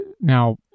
Now